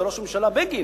זה ראש הממשלה בגין,